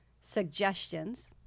suggestions